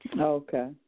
Okay